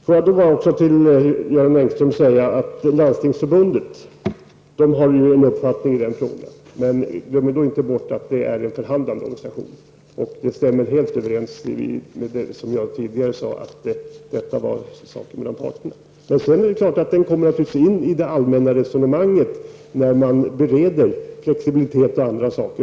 Låt mig säga till Göran Engström att Landstingsförbundet har en uppfattning i dessa frågor, men glöm då inte bort att Landstingsförbundet är en förhandlande organisation. Det stämmer helt överens med det som jag tidigare sade, att detta är saker mellan parterna. Men sedan är det klart att de naturligtvis kommer in i det allmänna resonemanget när man bereder flexibilitet och andra saker.